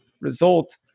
result